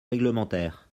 réglementaire